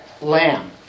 lamb